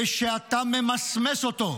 ושאתה ממסמס אותו,